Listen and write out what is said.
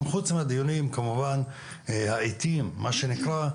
חוץ מהדיונים כמובן העתיים מה שנקרא,